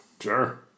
Sure